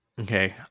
Okay